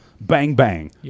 bang-bang